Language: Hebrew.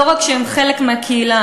לא רק שהם חלק מהקהילה,